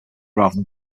rather